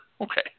Okay